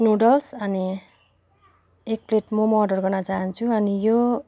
noodles अनि एक plate momo order गर्न चाहन्छु अनि यो